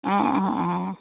অঁ অঁ অঁ